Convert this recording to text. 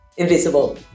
Invisible